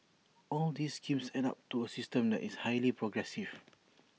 all these schemes add up to A system that is highly progressive